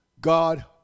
God